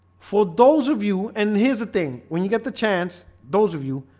for those of you and here's the thing when you get the chance those of you